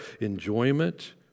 enjoyment